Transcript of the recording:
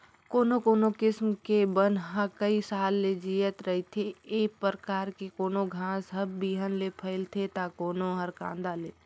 कोनो कोनो किसम के बन ह कइ साल ले जियत रहिथे, ए परकार के कोनो घास हर बिहन ले फइलथे त कोनो हर कांदा ले